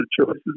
choices